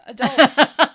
...adults